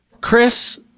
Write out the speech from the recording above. Chris